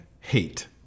hate